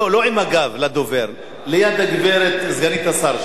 לא עם הגב לדובר, ליד הגברת סגנית השר.